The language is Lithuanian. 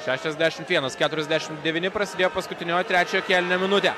šešiadešimt vienas keturiasdešimt devyni prasidėjo paskutinioji trečiojo kėlinio minutė